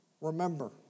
Remember